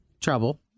trouble